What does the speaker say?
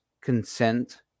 consent